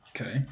Okay